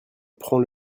prends